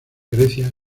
grecia